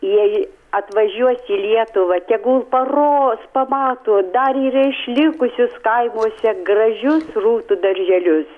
jie atvažiuos į lietuvą tegul paros pamato dar yra išlikusius kaimuose gražius rūtų darželius